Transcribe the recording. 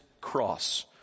cross